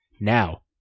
Now